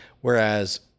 Whereas